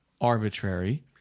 arbitrary